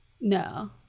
No